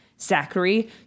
Zachary